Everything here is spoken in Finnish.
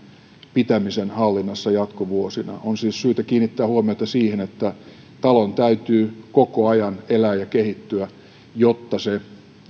pitämisen hallinnassa jatkovuosina on siis syytä kiinnittää huomiota siihen että talon täytyy koko ajan elää ja kehittyä jotta se